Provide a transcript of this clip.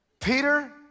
Peter